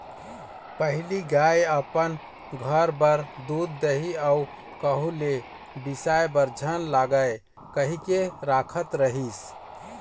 पहिली गाय अपन घर बर दूद, दही अउ कहूँ ले बिसाय बर झन लागय कहिके राखत रिहिस